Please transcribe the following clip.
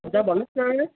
हजुर भन्नुहोस् न